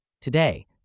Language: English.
Today